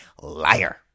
liar